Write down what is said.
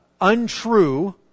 untrue